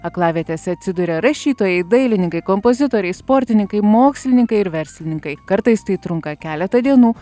aklavietėse atsiduria rašytojai dailininkai kompozitoriai sportininkai mokslininkai ir verslininkai kartais tai trunka keletą dienų